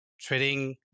trading